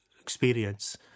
experience